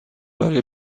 برای